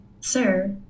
sir